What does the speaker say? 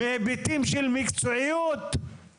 בהיבטים של מקצועיות?